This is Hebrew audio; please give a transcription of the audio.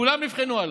כולם נבחנו עליו.